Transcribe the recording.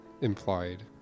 implied